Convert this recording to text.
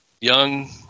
young